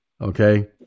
Okay